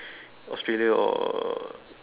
Australia or